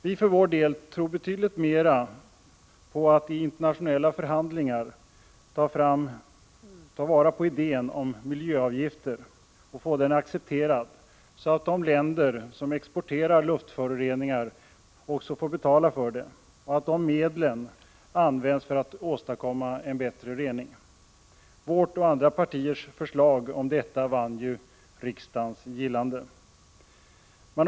Vi för vår del tror betydligt mer på att i internationella förhandlingar få idén om miljöavgifter accepterad så att de länder som exporterar luftföroreningar också får betala för det och att dessa medel används för att åstadkomma bättre rening. Vårt och andra partiers förslag om detta vann ju riksdagens gillande.